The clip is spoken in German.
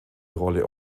rolle